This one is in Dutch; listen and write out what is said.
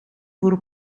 voor